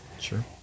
Sure